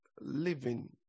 living